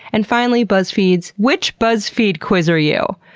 and finally, buzzfeed's which buzzfeed quiz are you?